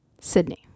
Sydney